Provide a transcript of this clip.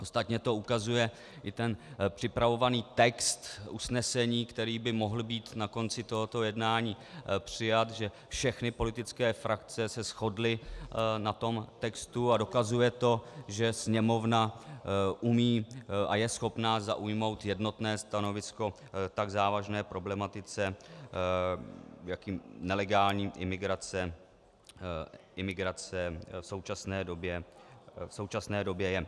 Ostatně to ukazuje ten připravovaný text usnesení, který by mohl být na konci tohoto jednání přijat, že všechny politické frakce se shodly na tom textu, a dokazuje to, že Sněmovna umí a je schopna zaujmout jednotné stanovisko k tak závažné problematice, jakou nelegální imigrace v současné době je.